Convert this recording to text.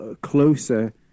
closer